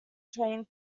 training